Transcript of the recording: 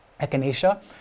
echinacea